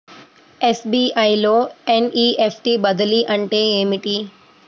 SBI లో NEFT బదిలీ అంటే ఏమిటి?